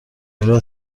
رود